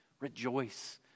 rejoice